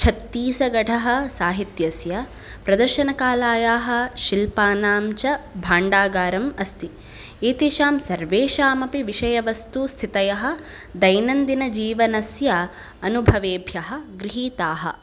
छत्तीसगढ़ः साहित्यस्य प्रदर्शनकालायाः शिल्पानां च भाण्डागारम् अस्ति एतेषां सर्वेषामपि विषयवस्तु स्थितयः दैनन्दिनजीवनस्य अनुभवेभ्यः गृहीताः